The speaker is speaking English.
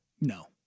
No